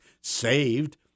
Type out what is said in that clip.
saved